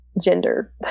gender